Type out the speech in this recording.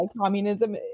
communism